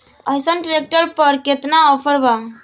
अइसन ट्रैक्टर पर केतना ऑफर बा?